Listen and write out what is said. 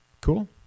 Cool